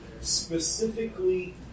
specifically